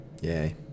Yay